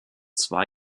zwei